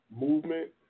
movement